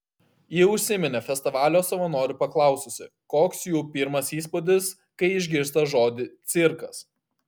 ji užsiminė festivalio savanorių paklausiusi koks jų pirmas įspūdis kai išgirsta žodį cirkas